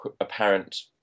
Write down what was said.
apparent